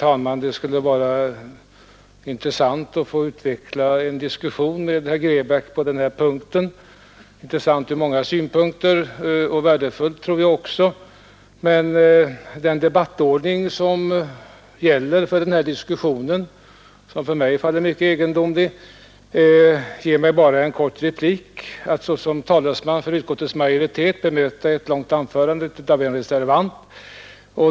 Herr talman! Jag tror att det från många synpunkter skulle vara intressant och även värdefullt att få föra en diskussion med herr Grebäck på den här punkten. Den debattordning, som gäller för denna diskussion och som även förefaller mig mycket egendomlig, ger mig emellertid bara kort tid till att som talesman för utskottet i en replik bemöta ett långt anförande av en reservant.